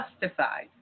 justified